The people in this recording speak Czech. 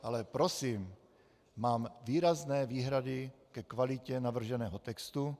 Ale prosím, mám výrazné výhrady ke kvalitě navrženého textu.